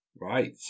Right